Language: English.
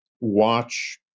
watch